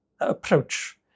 approach